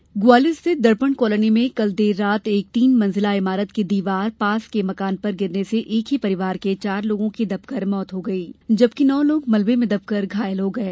भवन ढहा ग्वालियर स्थित दर्पण कालोनी में कल देर रात एक तीन मंजिला इमारत की दीवार पास के मकान पर गिरने से एक ही परिवार के चार लोगों की दबकर मौत हो गई जबकि नौ लोग मलबे मे दबकर घायल हो गये